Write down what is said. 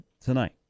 tonight